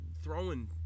throwing